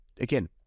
again